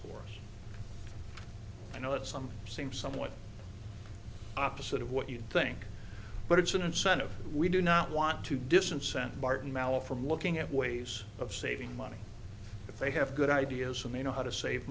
you know that some seem somewhat opposite of what you think but it's an incentive we do not want to disincentive barton malla from looking at ways of saving money if they have good ideas and they know how to save